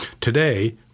Today